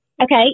Okay